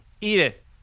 Edith